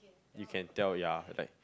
you can tell ya like